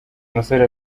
musore